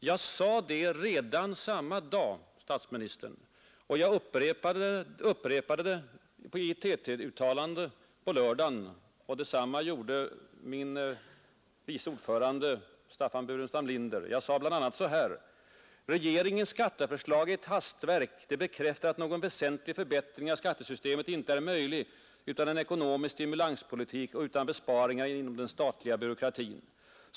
Detta sade jag redan samma dag, herr statsminister, och jag upprepade det i ett TT-uttalande på lördagen. Detsamma gjorde också min vice ordförande Staffan Burenstam Linder. Jag sade bl.a. så här: Regeringens skatteförslag är ett hastverk. Det bekräftar att någon väsentlig förbättring av skattesystemet inte är möjlig utan en ekonomisk stimulanspolitik och utan besparingar inom den statliga byråkratin.